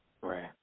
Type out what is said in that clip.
Right